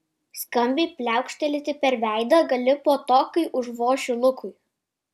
skambiai pliaukštelėti per veidą gali po to kai užvošiu lukui